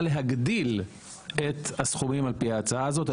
להגדיל את הסכומים על פי ההצעה הזאת.